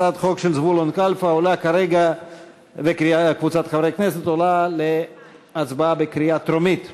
הצעת החוק של זבולון כלפה וקבוצת חברי הכנסת עולה להצבעה בקריאה טרומית.